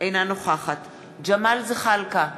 אינה נוכחת ג'מאל זחאלקה,